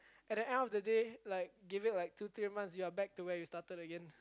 at the end of the day like give it like two three months you are back to where you started again